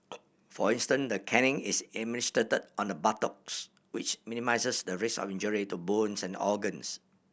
for instance the caning is administered on the buttocks which minimises the risk of injury to bones and organs